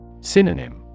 Synonym